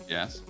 Yes